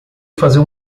fazer